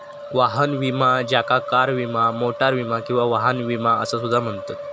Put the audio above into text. वाहन विमा ज्याका कार विमा, मोटार विमा किंवा वाहन विमा असा सुद्धा म्हणतत